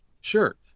shirt